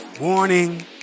Warning